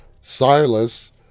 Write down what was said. silas